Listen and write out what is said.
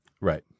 Right